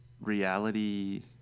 reality